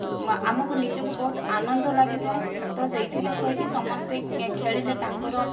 ଆମକୁ ନିଜକୁ ବହୁତ ଆନନ୍ଦ ଲାଗିଥାଏ ତ ସେଇଥିପାଇଁ କହିକି ସମସ୍ତେ ଖେଳିଲେ ତାଙ୍କର